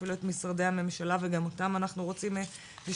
אפילו את משרדי הממשלה וגם אותם אנחנו רוצים לשמוע.